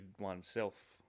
oneself